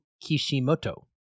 kishimoto